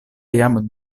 jam